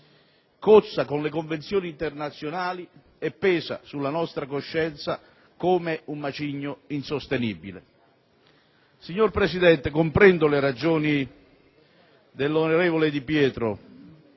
cozza con le Convenzioni internazionali e pesa sulla nostra coscienza come un macigno insostenibile. Signor Presidente, comprendo le ragioni dell'onorevole Di Pietro,